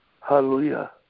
Hallelujah